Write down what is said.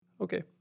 Okay